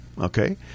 okay